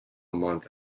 month